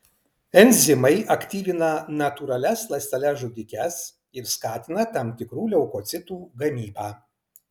enzimai aktyvina natūralias ląsteles žudikes ir skatina tam tikrų leukocitų gamybą